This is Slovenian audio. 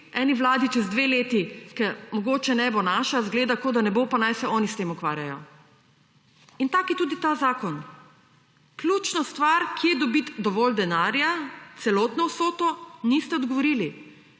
eni vladi čez dve leti, ker mogoče ne bo naša, izgleda, kot da ne bo, pa naj se oni s tem ukvarjajo. In tak je tudi ta zakon. Ključne stvari, kje dobiti dovolj denarja, celotno vsoto, niste odgovorili